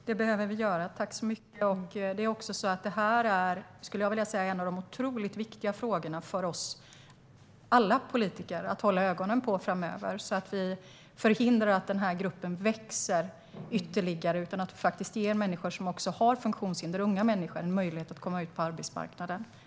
Herr talman! Det behöver vi göra. Det här är en av de viktiga frågorna för alla oss politiker att hålla ögonen på framöver, så att vi hindrar den gruppen från att växa ytterligare. Vi ska ge unga människor med funktionshinder möjlighet att komma ut på arbetsmarknaden.